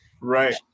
right